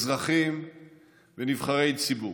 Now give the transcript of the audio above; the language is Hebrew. אזרחים ונבחרי ציבור.